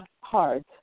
hard